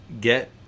get